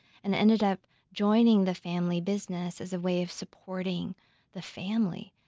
and ended up joining the family business as a way of supporting the family.